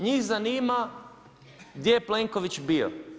Njih zanima gdje je Plenković bio.